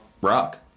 rock